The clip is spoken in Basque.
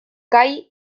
kai